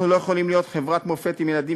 אנחנו לא יכולים להיות חברת מופת עם ילדים